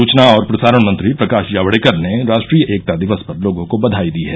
सुचना और प्रसारण मंत्री प्रकाश जावड़ेकर ने राष्ट्रीय एकता दिवस पर लोगों को बधाई दी है